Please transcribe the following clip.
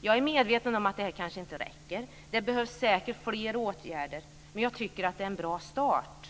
Jag är medveten om att det här kanske inte räcker. Det behövs säkert fler åtgärder, men jag tycker att det är en bra start.